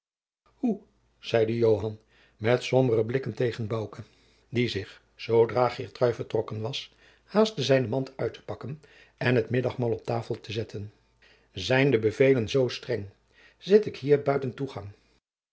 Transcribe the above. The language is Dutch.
hoe zeide joan met sombere blikken tegen bouke die zich zoodra geertrui vertrokken was haastte zijnen mand uit te pakken en het middagmaal op tafel te zetten zijn de bevelen zoo streng zit ik hier buiten toegang